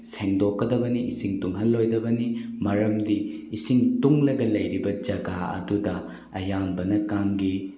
ꯁꯦꯡꯗꯣꯛꯀꯗꯕꯅꯤ ꯏꯁꯤꯡ ꯇꯨꯡꯍꯟꯂꯣꯏꯗꯕꯅꯤ ꯃꯔꯝꯗꯤ ꯏꯁꯤꯡ ꯇꯨꯡꯂꯒ ꯂꯩꯔꯤꯕ ꯖꯒꯥ ꯑꯗꯨꯗ ꯑꯌꯥꯝꯕꯅ ꯀꯥꯡꯒꯤ